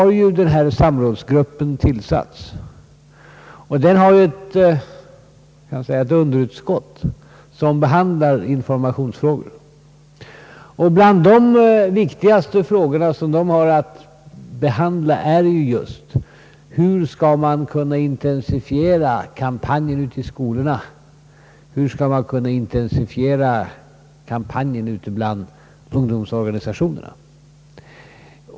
Nu har den här samrådsgruppen tillsatts, och den har ett underutskott som behandlar informationsfrågor. Till de viktigaste bland dessa frågor hör hur man skall kunna intensifiera kampanjerna i skolorna och bland ungdomsorganisationerna.